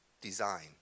design